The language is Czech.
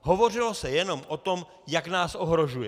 Hovořilo se jenom o tom, jak nás ohrožuje.